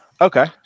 okay